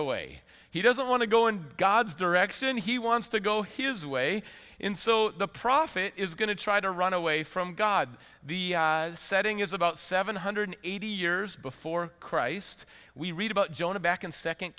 away he doesn't want to go in god's direction he wants to go his way in so the prophet is going to try to run away from god the setting is about seven hundred eighty years before christ we read about jonah back in second